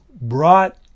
brought